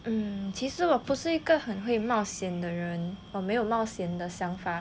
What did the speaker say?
mm 其实我不是一个很会冒险的人我没有冒险的想法